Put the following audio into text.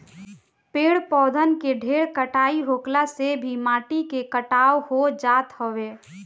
पेड़ पौधन के ढेर कटाई होखला से भी माटी के कटाव हो जात हवे